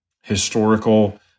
historical